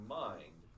mind